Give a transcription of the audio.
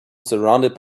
surrounded